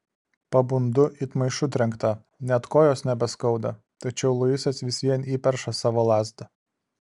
pabundu it maišu trenkta net kojos nebeskauda tačiau luisas vis vien įperša savo lazdą